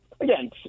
again